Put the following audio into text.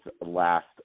last